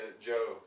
Joe